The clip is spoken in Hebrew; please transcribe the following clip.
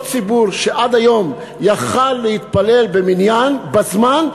ציבור שעד היום יכול היה להתפלל במניין בזמן,